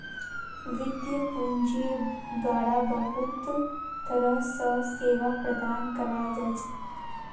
वित्तीय पूंजिर द्वारा बहुत तरह र सेवा प्रदान कराल जा छे